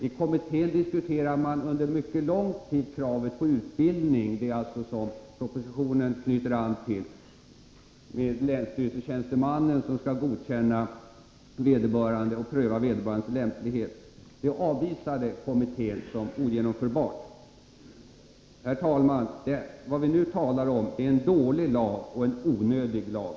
I kommittén diskuterade man under mycket lång tid kravet på utbildning, som propositionen knyter an till — en länsstyrelsetjänsteman skall godkänna vederbörande efter prövning av hans lämplighet — och avvisar det som ogenomförbart. Herr talman! Vad vi nu talar om är en dålig lag och en onödig lag.